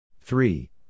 Three